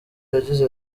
yagize